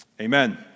Amen